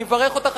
אני מברך אותך,